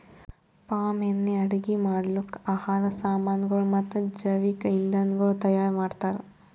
palm ಎಣ್ಣಿ ಅಡುಗಿ ಮಾಡ್ಲುಕ್, ಆಹಾರ್ ಸಾಮನಗೊಳ್ ಮತ್ತ ಜವಿಕ್ ಇಂಧನಗೊಳ್ ತೈಯಾರ್ ಮಾಡ್ತಾರ್